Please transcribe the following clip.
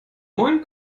moin